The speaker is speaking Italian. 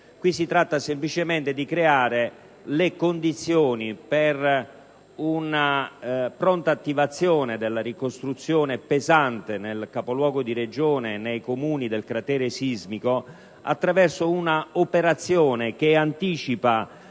Si tratta semplicemente di creare le condizioni per una pronta attivazione della ricostruzione pesante nel capoluogo di regione e nei comuni del cratere sismico attraverso un'operazione che anticipi